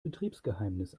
betriebsgeheimnis